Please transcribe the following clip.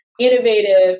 innovative